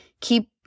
keep